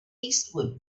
eastward